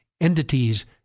entities